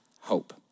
hope